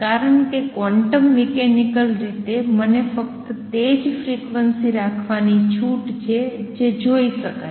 કારણ કે quantum mechanical રીતે મને ફક્ત તે જ ફ્રીક્વન્સીઝ રાખવાની છૂટ છે જે જોઈ શકાય